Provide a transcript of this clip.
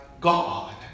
God